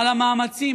על המאמצים.